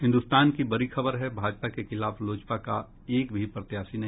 हिन्दुस्तान की बड़ी खबर है भाजपा के खिलाफ लोजपा का एक भी प्रत्याशी नहीं